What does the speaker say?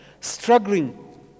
struggling